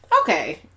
okay